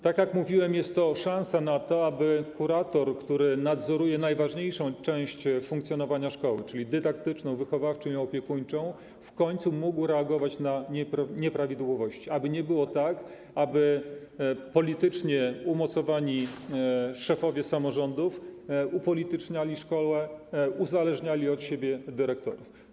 Tak jak mówiłem, jest to szansa na to, aby kurator, który nadzoruje najważniejszą część funkcjonowania szkoły, czyli dydaktyczną, wychowawczą i opiekuńczą, w końcu mógł reagować na nieprawidłowości, aby nie było tak, że politycznie umocowani szefowie samorządów upolityczniają szkołę, uzależniają od siebie dyrektorów.